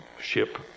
ship